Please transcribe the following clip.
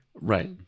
Right